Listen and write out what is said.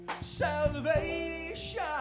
salvation